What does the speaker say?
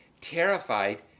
terrified